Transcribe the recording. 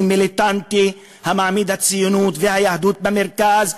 מיליטנטי המעמיד את הציונות והיהדות במרכז,